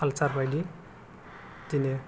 खालसार बायदि बिदिनो